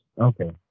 Okay